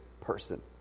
person